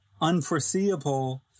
unforeseeable